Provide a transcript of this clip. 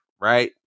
right